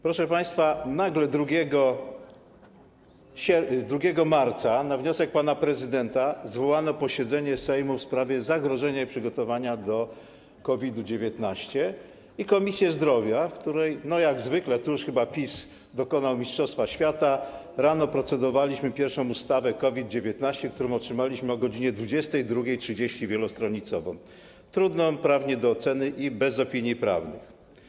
Proszę państwa, nagle, 2 marca, na wniosek pana prezydenta zwołano posiedzenie Sejmu w sprawie zagrożenia i przygotowania do COVID-19 i Komisję Zdrowia, w której, jak zwykle, tu już chyba PiS dokonał mistrzostwa świata, rano procedowaliśmy nad pierwszą ustawą COVID-19, którą otrzymaliśmy o godz. 22.30 - wielostronicową, trudną prawnie do oceny i bez opinii prawnych.